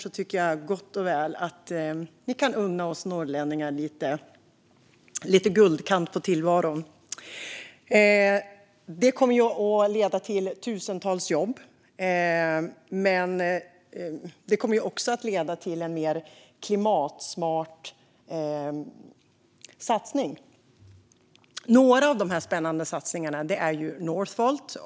Därför tycker jag gott att ni kan unna oss norrlänningar lite guldkant på tillvaron. Det kommer att leda till tusentals jobb. Men det kommer också att leda till en mer klimatsmart satsning. En av dessa spännande satsningar är Northvolt.